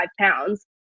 pounds